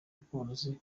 bworozi